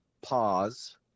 pause